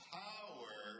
power